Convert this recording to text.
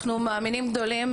אנחנו מאמינים גדולים,